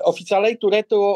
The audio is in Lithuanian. oficialiai turėtų